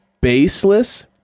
baseless